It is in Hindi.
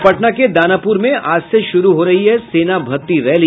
और पटना के दानापुर में आज से शुरू हो रही है सेना भर्ती रैली